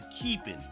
keeping